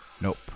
Nope